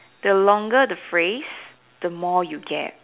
the longer the phrase the more you get